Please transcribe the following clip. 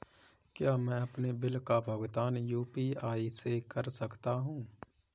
क्या मैं अपने बिल का भुगतान यू.पी.आई से कर सकता हूँ?